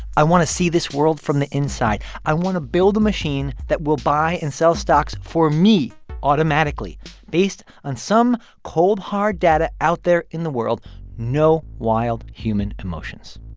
i want to see this world from the inside. i want to build a machine that will buy and sell stocks for me automatically based on some cold, hard data out there in the world no wild human emotions.